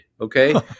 Okay